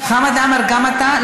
חמד עמאר, גם אתה?